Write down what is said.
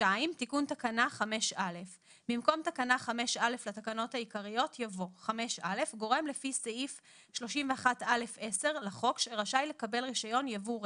תיקון תקנה 5א. במקום תקנה 5א לתקנות העיקריות יבוא: 5א. גורם לפי סעיף 31(א)(10) לחוק שרשאי לקבל רישיון ייבוא רכב.